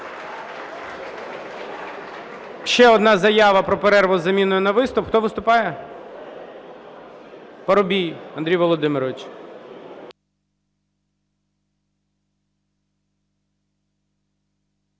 Ще одна заява про перерву із заміною на виступ. Хто виступає? Парубій Андрій Володимирович.